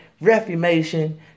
reformation